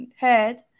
heard